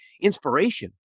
inspiration